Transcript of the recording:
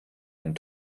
ein